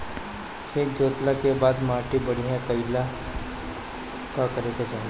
खेत जोतला के बाद माटी बढ़िया कइला ला का करे के चाही?